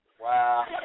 Wow